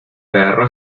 perro